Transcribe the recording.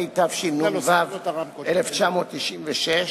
התשנ"ו 1996,